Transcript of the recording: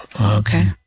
Okay